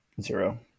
zero